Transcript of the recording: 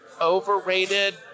overrated